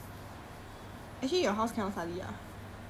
!aiya! then just